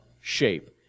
shape